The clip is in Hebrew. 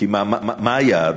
מה היעד?